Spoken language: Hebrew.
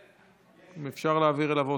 אם אפשר, להעביר אליו עותק.